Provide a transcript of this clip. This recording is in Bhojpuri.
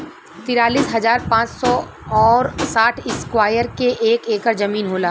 तिरालिस हजार पांच सौ और साठ इस्क्वायर के एक ऐकर जमीन होला